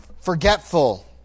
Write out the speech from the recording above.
forgetful